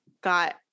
got